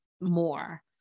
more